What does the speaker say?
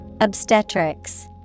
Obstetrics